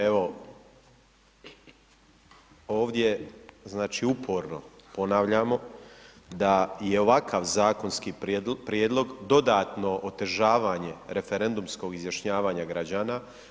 Evo, ovdje znači uporno ponavljamo da je ovakav zakonski prijedlog dodatno otežavanje referendumskog izjašnjavanja građana.